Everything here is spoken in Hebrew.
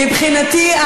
מבחינתי,